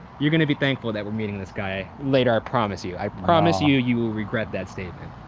you're gonna be thankful that we're meeting this guy later, i promise you, i promise you, you will regret that statement.